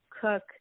cook